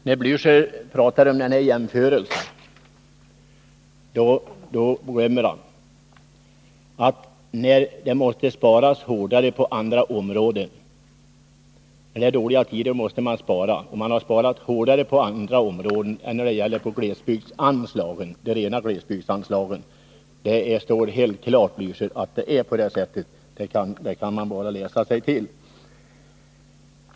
Herr talman! När Raul Blächer pratar om den här jämförelsen, då glömmer han något viktigt. När det är dåliga tider måste man spara, men man har sparat hårdare på andra områden än när det gäller de rena glesbygdsanslagen. Det står helt klart — det kan man läsa sig till.